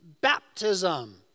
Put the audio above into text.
baptism